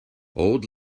old